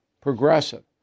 progressive